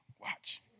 Watch